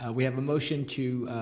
ah we have a motion to